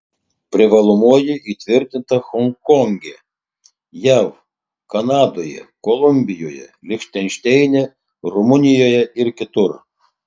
privalomoji įtvirtinta honkonge jav kanadoje kolumbijoje lichtenšteine rumunijoje ir kitur